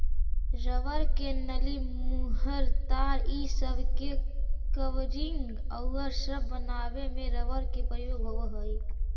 rubber के नली, मुहर, तार इ सब के कवरिंग औउर सब बनावे में रबर के प्रयोग होवऽ हई